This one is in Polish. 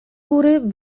góry